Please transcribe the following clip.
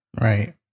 Right